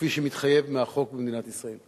כפי שמתחייב מהחוק במדינת ישראל.